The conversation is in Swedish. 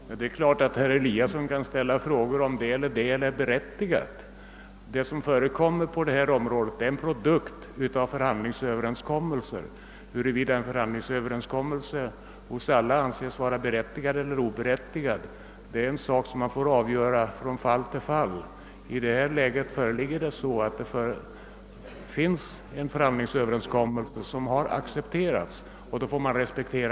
Herr talman! Det är klart att herr Eliasson i Sundborn kan ställa frågor om det eller det är berättigat. Det som förekommer på detta område är en produkt av en förhandlingsöverenskommelse. Huruvida en förhandlingsöverenskommelse av alla anses berättigad eller oberättigad är en sak som får avgöras från fall till fall. I detta fall föreligger en förhanlingsöverenskommelse som har accepterats, och den måste man respektera.